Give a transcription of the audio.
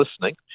listening